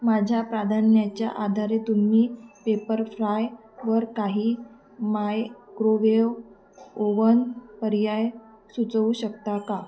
माझ्या प्राधान्याच्या आधारे तुम्ही पेपरफ्राय वर काही मायक्रोवेव ओवन पर्याय सुचवू शकता का